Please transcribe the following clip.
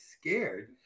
scared